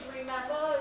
remember